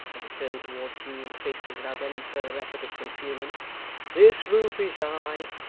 as he turned towards hugh and faced him without any further effort at concealment this roof is high,